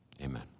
Amen